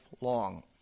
long